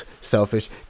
selfish